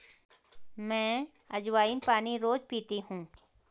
मैं अज्वाइन पानी रोज़ पीती हूँ